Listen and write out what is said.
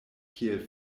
kiel